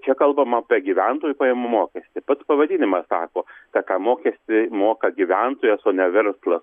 čia kalbama apie gyventojų pajamų mokestį pats pavadinimas sako kad tą mokestį moka gyventojas o ne verslas